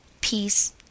Peace